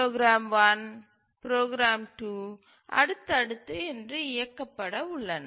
program 1 programme 2 அடுத்து அடுத்து என்று இயக்கப்பட உள்ளன